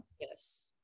Yes